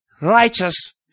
righteous